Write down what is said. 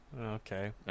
Okay